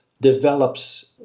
develops